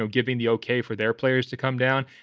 and giving the okay for their players to come down.